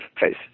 face